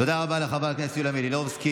תודה רבה לחברת הכנסת יוליה מלינובסקי.